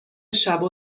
شبو